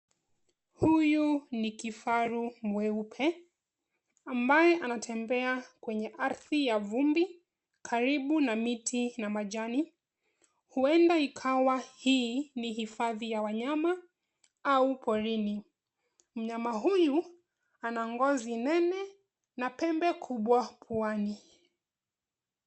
Huyu ni kifaru mweupe ambaye anatembea kwenye ardhi ya vumbi karibu na miti ya majani. Huenda ikawa hii ni hifadhi ya wanyama au porini. Mnyama huyu ana ngozi nene na pembe kubwa puani.